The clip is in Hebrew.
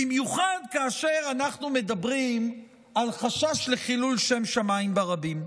במיוחד כאשר אנחנו מדברים על חשש לחילול שם שמיים ברבים.